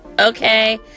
Okay